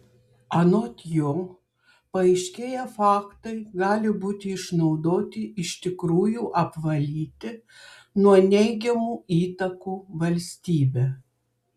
anot jo paaiškėję faktai gali būti išnaudoti iš tikrųjų apvalyti nuo neigiamų įtakų valstybę